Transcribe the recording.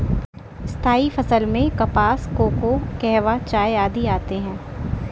स्थायी फसल में कपास, कोको, कहवा, चाय आदि आते हैं